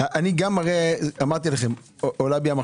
עולה בי מחשבה,